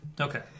Okay